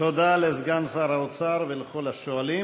תודה לסגן שר האוצר ולכל השואלים.